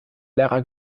lehrer